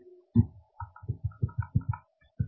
ವಿದ್ಯಾರ್ಥಿ unit step